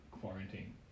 quarantine